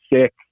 sick